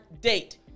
date